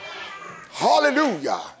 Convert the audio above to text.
Hallelujah